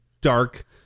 Dark